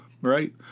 right